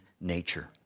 nature